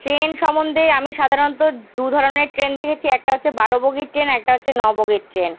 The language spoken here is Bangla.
ট্রেন সম্বন্ধে আমি সাধারণত দু ধরনের ট্রেন দেখেছি একটা হচ্ছে বারো বগির ট্রেন আর একটা হচ্ছে ন বগির ট্রেন